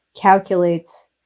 calculates